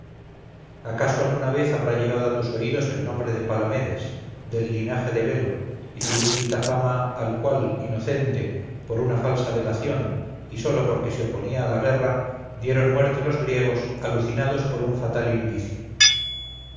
acaso alguna vez habrá llegado a tus oídos el nombre de palamedes del linaje de belo y su ínclita fama al cual inocente por una falsa delación y sólo porque se oponía a la guerra dieron muerte los griegos alucinados por un fatal indicio